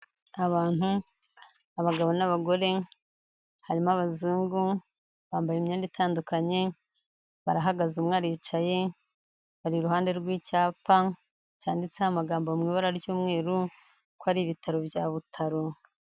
Abantu, abagabo n'abagore, harimo abazungu, bambaye imyenda itandukanye, barahagaze umwe aricaye, bari iruhande rw'icyapa cyanditseho amagambo mu ibara ry'umweru ko ari ibitaro bya Butaro.